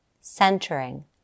centering